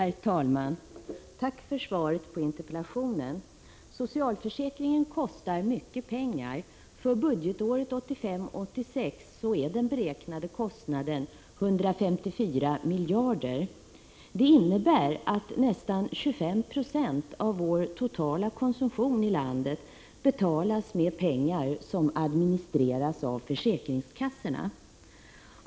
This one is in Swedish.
Herr talman! Tack för svaret på interpellationen. Socialförsäkringen kostar mycket pengar. För budgetåret 1985/86 är den beräknade kostnaden 154 miljarder. Det innebär att nästan 25 26 av vår totala konsumtion i landet betalas av pengar som administreras av försäkringskassorna.